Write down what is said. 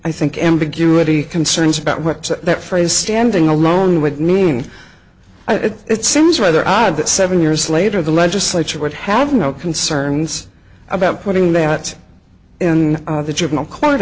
i think ambiguity concerns about what that phrase standing alone would mean it seems rather odd that seven years later the legislature would have no concerns about putting that in the juvenile court